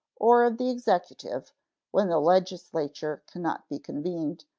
or of the executive when the legislature can not be convened,